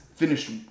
finished